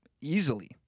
easily